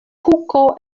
kuko